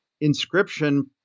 Inscription